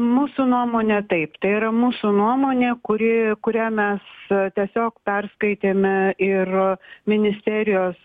mūsų nuomone taip tai yra mūsų nuomonė kuri kurią mes tiesiog perskaitėme ir ministerijos